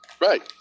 Right